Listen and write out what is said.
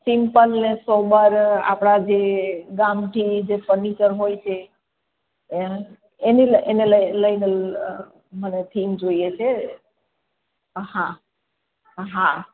simple ને sober આપણાં જે ગામઠી જે ફર્નિચર હોય છે એમ એને લઈને મને થીમ જોઈએ છે હા હા